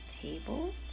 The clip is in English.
table